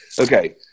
okay